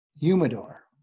humidor